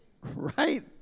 right